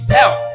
help